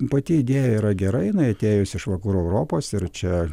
pati idėja yra gerai jinai atėjusi iš vakarų europos ir čia